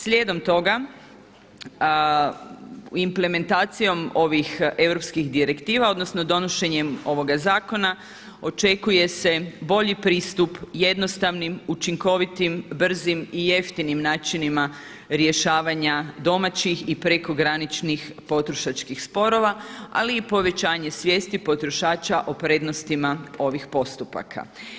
Slijedom toga implementacijom ovih europskih direktiva, odnosno donošenjem ovoga zakona očekuje se bolji pristup jednostavnim, učinkovitim, brzim i jeftinim načinima rješavanja domaćih i prekograničnih potrošačkih sporova ali i povećanje svijesti potrošača o prednostima ovih postupaka.